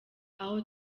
aha